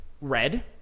red